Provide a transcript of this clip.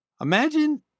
Imagine